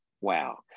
wow